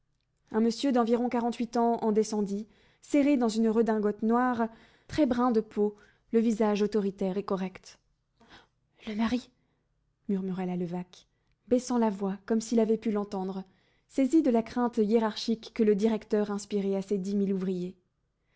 un monsieur d'environ quarante-huit ans en descendit serré dans une redingote noire très brun de peau le visage autoritaire et correct le mari murmura la levaque baissant la voix comme s'il avait pu l'entendre saisie de la crainte hiérarchique que le directeur inspirait à ses dix mille ouvriers